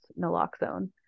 naloxone